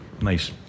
nice